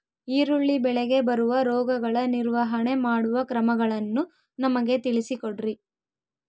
ಈರುಳ್ಳಿ ಬೆಳೆಗೆ ಬರುವ ರೋಗಗಳ ನಿರ್ವಹಣೆ ಮಾಡುವ ಕ್ರಮಗಳನ್ನು ನಮಗೆ ತಿಳಿಸಿ ಕೊಡ್ರಿ?